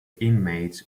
inmates